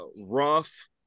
rough